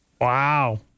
Wow